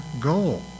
goal